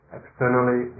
externally